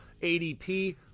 ADP